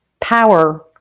power